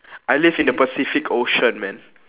I live in the pacific ocean man